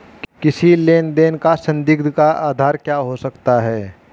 किसी लेन देन का संदिग्ध का आधार क्या हो सकता है?